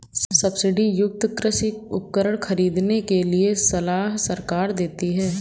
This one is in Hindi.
सब्सिडी युक्त कृषि उपकरण खरीदने के लिए सलाह सरकार देती है